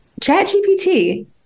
ChatGPT